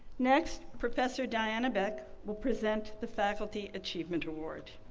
next, professor diana beck will present the faculty achievement award.